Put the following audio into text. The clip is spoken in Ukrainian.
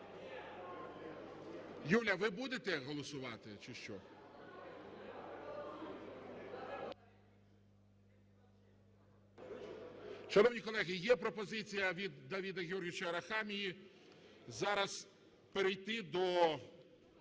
Юля, ви будете голосувати чи що?